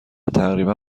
تقریبا